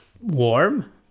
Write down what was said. warm